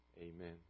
amen